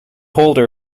holder